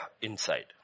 inside